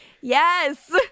Yes